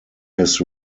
his